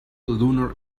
lunar